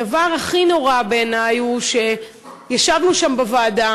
הדבר הכי נורא בעיני הוא שישבנו שם בוועדה